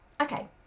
Okay